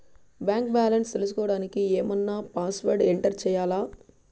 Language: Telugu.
బ్యాంకు బ్యాలెన్స్ తెలుసుకోవడానికి ఏమన్నా పాస్వర్డ్ ఎంటర్ చేయాలా?